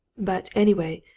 but, anyway,